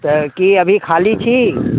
तऽ की अभी खाली छी